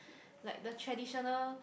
like the traditional